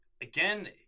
again